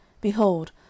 behold